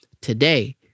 today